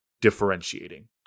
differentiating